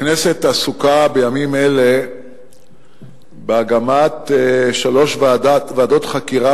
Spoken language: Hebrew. הכנסת עסוקה בימים אלה בהקמת שלוש ועדות חקירה